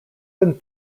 been